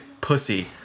pussy